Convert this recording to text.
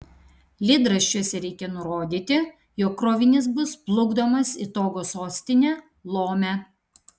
lydraščiuose reikią nurodyti jog krovinys bus plukdomas į togo sostinę lomę